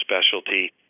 specialty